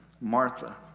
Martha